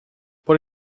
por